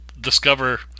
discover